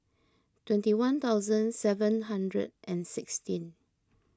twenty one thousand seven hundred and sixteen